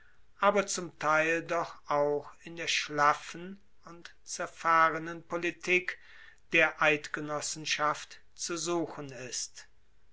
aber zum teil doch auch in der schlaffen und zerfahrenen politik der eidgenossenschaft zu suchen ist